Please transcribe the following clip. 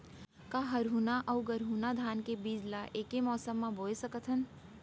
का हरहुना अऊ गरहुना धान के बीज ला ऐके मौसम मा बोए सकथन?